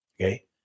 okay